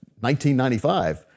1995